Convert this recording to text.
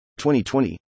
2020